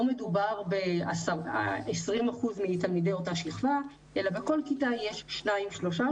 לא מדובר ב-20% אלא בכל כיתה יש שניים-שלושה,